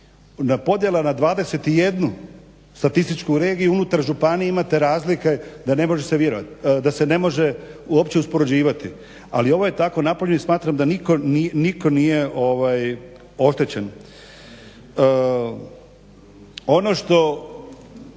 Podjela na 21 statističku regiju unutar županije imate razlike da ne može uopće uspoređivati. Ali ovo je tako na polju i smatram da nitko nije ovaj oštećen. Ono što